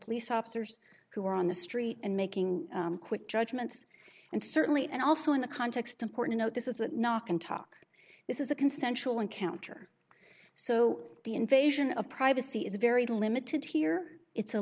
police officers who are on the street and making quick judgments and certainly and also in the context important know this is not can talk this is a consensual encounter so the invasion of privacy is very limited here it's a